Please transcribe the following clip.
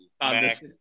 Max